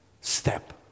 step